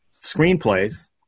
screenplays